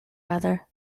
brother